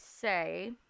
say